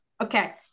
Okay